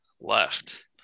left